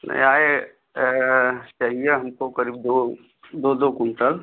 ना आए चाहिए हमको करीब दो दो दो कुंटल